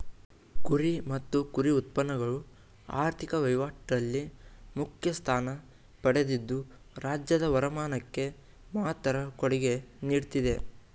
ಕುರಿ ಮತ್ತು ಕುರಿ ಉತ್ಪನ್ನಗಳು ಆರ್ಥಿಕ ವಹಿವಾಟಲ್ಲಿ ಮುಖ್ಯ ಸ್ಥಾನ ಪಡೆದಿದ್ದು ರಾಜ್ಯದ ವರಮಾನಕ್ಕೆ ಮಹತ್ತರ ಕೊಡುಗೆ ನೀಡ್ತಿದೆ